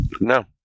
No